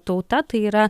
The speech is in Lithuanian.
tauta tai yra